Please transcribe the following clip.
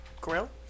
grill